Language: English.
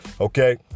Okay